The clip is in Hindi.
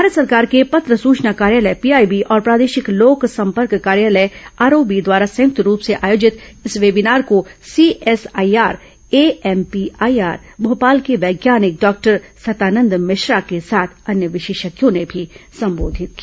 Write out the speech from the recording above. भारत सरकार के पत्र सुचना कार्यालय पीआईबी और प्रादेशिक लोकसंपर्क कार्यालय आरओबी द्वारा संयुक्त रूप से आयोजित इस वेबीनार को सीएसआईआर एएमपीआईआर भोपाल के वैज्ञानिक डॉक्टर सतानंद मिश्रा के साथ अन्य विशेषज्ञों ने संबोधित किया